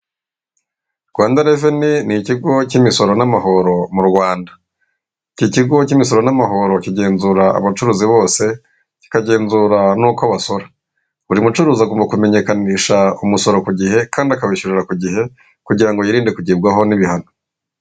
Rwanda reveni ni ikigo cy'imisoro n'amahoro mu Rwanda. Iki kigo cy'imisoro n'amahoro kigenzura abacuruzi bose, kikagenzura n'uko abasora. Buri mucuruzi agomba kumenyekanisha umusoro ku gihe, kandi akawishyurira ku gihe, kugira ngo yirinde kugerwaho n'ibihano.